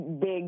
Big